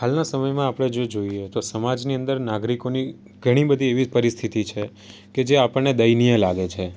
હાલના સમયમાં આપણે જો જોઈએ તો સમાજની અંદર નાગરિકોની ઘણી બધી એવી જ પરિસ્થિતિ છે કે જે આપણને દયનીય લાગે છે